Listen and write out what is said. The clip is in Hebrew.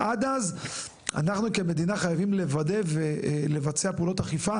עד אז אנחנו כמדינה חייבים לוודא ולבצע פעולות אכיפה